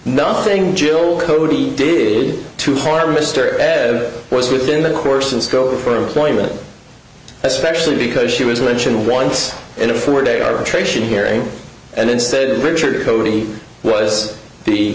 nothing jill cody did to harm mr ed it was within the course and scope for employment especially because she was mentioned once in a four day arbitration hearing and instead richard codey was the